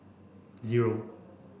zero